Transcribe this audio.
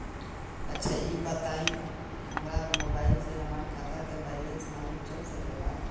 अच्छा ई बताईं और मोबाइल से हमार खाता के बइलेंस मालूम चल सकेला?